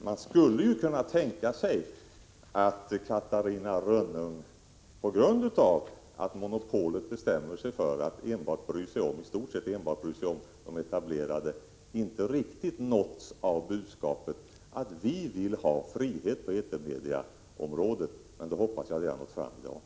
Man skulle kunna tänka sig att Catarina Rönnung på grund av att monopolet bestämmer sig för att i stort sett enbart bry sig om de etablerade partierna inte riktigt nåtts av budskapet att kds vill ha frihet på etermediaområdet. Jag hoppas att det har nått fram i dag.